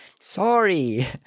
Sorry